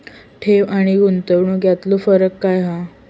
ठेव आनी गुंतवणूक यातलो फरक काय हा?